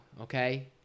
okay